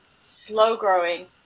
slow-growing